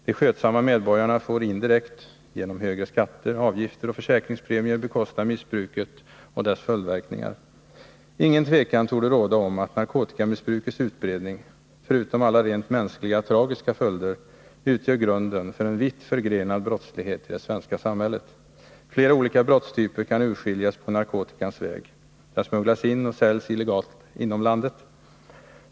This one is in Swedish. De skötsamma medborgarna får indirekt — genom högre skatter, avgifter och försäkringspremier — bekosta missbruket och dess följdverkningar. Inget tvivel torde råda om att narkotikamissbrukets utbredning, förutom alla tragiska rent mänskliga följder, utgör grunden för en vitt förgrenad brottslighet i det svenska samhället. Flera olika brottstyper kan urskiljas på narkotikans väg. Den smugglas in och säljs illegalt inom landet.